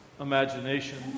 imagination